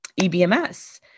EBMS